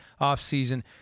offseason